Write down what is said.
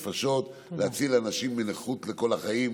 להציל אנשים מנכות לכל החיים.